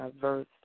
verse